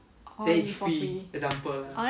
oh for free